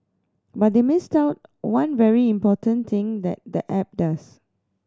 but they missed out one very important thing that the app does